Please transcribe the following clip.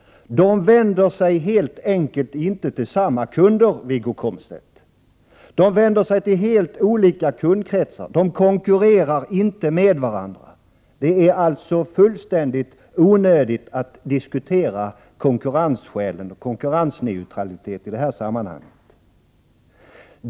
De vänder sig helt enkelt inte till samma kunder, Wiggo Komstedt. De vänder sig till helt olika kundkretsar. De konkurrerar inte med varandra. Det är alltså fullständigt onödigt att i det här sammanhanget diskutera konkurrensneutralitet.